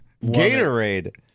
Gatorade